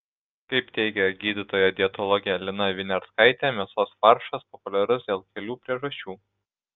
kaip teigia gydytoja dietologė lina viniarskaitė mėsos faršas populiarus dėl kelių priežasčių